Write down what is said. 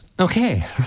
Okay